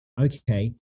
okay